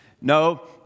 No